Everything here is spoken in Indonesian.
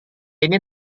ini